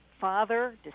father